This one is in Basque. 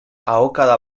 ahokada